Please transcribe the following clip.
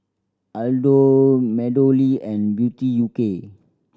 Aldo MeadowLea and Beauty U K